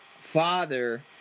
father